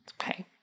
Okay